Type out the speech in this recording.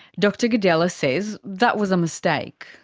dr gedela says that was a mistake.